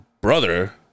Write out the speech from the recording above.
brother